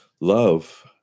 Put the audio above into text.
love